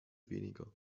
weniger